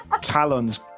talons